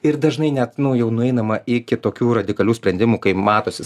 ir dažnai net nu jau nueinama iki tokių radikalių sprendimų kai matosi